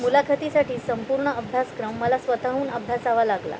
मुलाखतीसाठी संपूर्ण अभ्यासक्रम मला स्वतःहून अभ्यासावा लागला